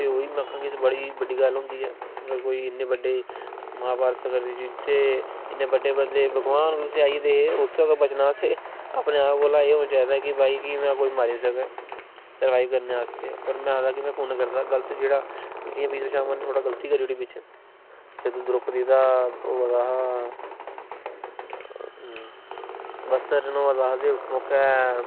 ते ओही मतलव कि बड़ी बड्डी गल्ल होंदी ऐ इन्नी अगर बड्डी गल्ल महाभारत जित्थें इन्नैें बड्डे भगवान जित्थें आई दे हे उत्थें बचनां ते अपनें आप कोला दा होनां चाही दा कि कोई मारी सकग सर्वाईव करनें आस्तै में आखदा में पुन्न करगा जियां विश्वथामा नै गल्ती करी ओड़ी बिच्च जदूं द्रोपती दा ओह् होआ दा हा वस्त्रहरण होआ दा हा ते उस मौकै